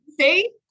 See